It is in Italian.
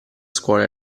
scuola